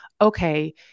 okay